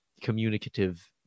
communicative